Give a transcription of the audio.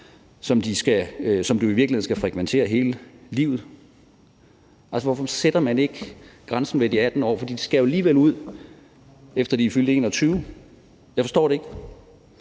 som de jo i virkeligheden skal frekventere hele livet. Hvorfor sætter man ikke grænsen ved de 18 år, for de skal alligevel ud, efter de er fyldt 21 år? Jeg forstår det ikke.